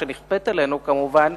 שנכפית עלינו כמובן,